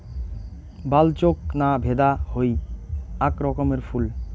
বালচোক না ভেদা হই আক রকমের ফুল